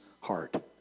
heart